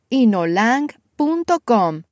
inolang.com